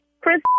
Chris